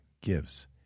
gives